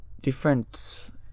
different